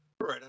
Right